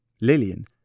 Lillian